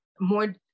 more